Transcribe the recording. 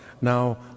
now